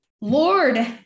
Lord